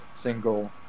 single